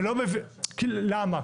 למה?